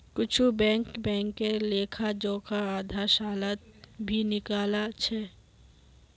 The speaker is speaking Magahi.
कुछु बैंक बैंकेर लेखा जोखा आधा सालत भी निकला छ